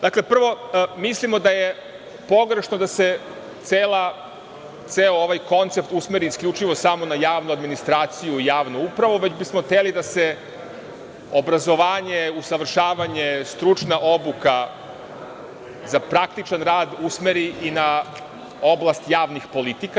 Dakle, prvo, mislimo da je pogrešno da se ceo ovaj koncept usmeri isključivo samo na javnu administraciju i javnu upravu, već bismo hteli da se obrazovanje, usavršavanje, stručna obuka za praktičan rad usmeri i na oblast javnih politika.